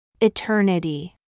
Eternity